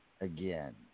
again